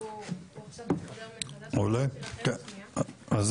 צוהריים טובים לכולם, אני